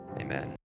amen